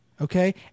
okay